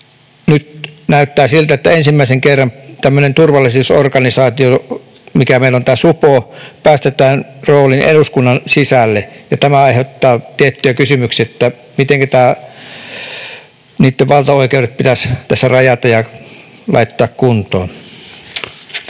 Nyt näyttää siltä, että ensimmäisen kerran tämmöinen turvallisuusorganisaatio, mikä meillä on tämä supo, päästetään rooliin eduskunnan sisälle, ja tämä aiheuttaa tiettyjä kysymyksiä, mitenkä niitten valtaoikeudet pitäisi tässä rajata ja laittaa kuntoon.